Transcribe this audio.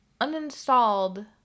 uninstalled